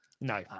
No